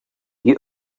you